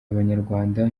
abanyarwanda